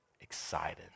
excited